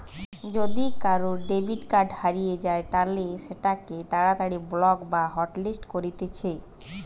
যদি কারুর debit card হারিয়ে যায় তালে সেটোকে তাড়াতাড়ি ব্লক বা হটলিস্ট করতিছে